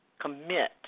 commit